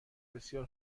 بسیار